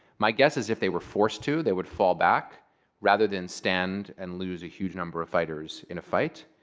my guess is if they were forced to, they would fall back rather than stand and lose a huge number of fighters in a fight,